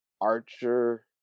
Archer